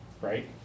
right